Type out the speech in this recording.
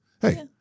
hey